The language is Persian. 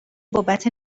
بابت